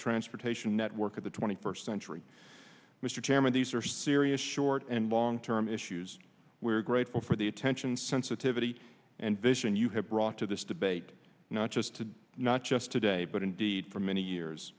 transportation network of the twenty first century mr chairman these are serious short and long term issues we're grateful for the attention sensitivity and vision you have brought to this debate not just to not just today but indeed for many years